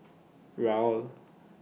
Raoul